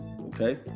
okay